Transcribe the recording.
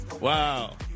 Wow